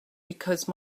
because